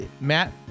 Matt